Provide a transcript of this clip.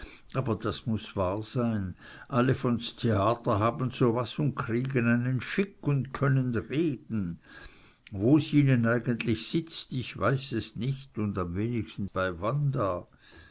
aber das muß wahr sein alle von s theater haben so was un kriegen einen schick un können reden wo's ihnen eigentlich sitzt ich weiß es nich und am wenigsten bei wanda